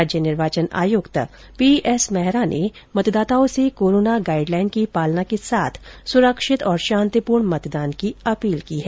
राज्य निर्वाचन आयुक्त पीएस मेहरा ने मतदाताओं से कोरोना गाइडलाइन की पालना के साथ सुरक्षित और शांतिपूर्ण मतदान की अपील की है